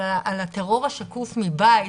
אבל על הטרור השקוף מבית,